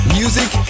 music